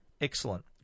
excellent